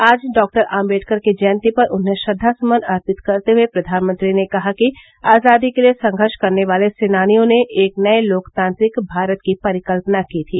आज डॉक्टर आम्बेडकर की जयंती पर उन्हें श्रद्वा सुमन अर्पित करते हुए प्रधानमंत्री ने कहा कि आजादी के लिए संघर्ष करने वाले सेनानियों ने एक नये लोकतांत्रिक भारत की परिकल्पना की थी